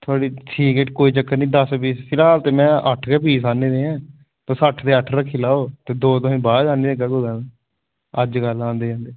थुआढ़ी ठीक ऐ कोई निं दस्स दे स्हाब कन्नै अट्ठ गै पीस आह्ने दे हे तुस अट्ठ दे अट्ठ गै रक्खी लैओ बाकी तुसेंगी बाद च आह्नी देगा अज्जकल आंदे जंदे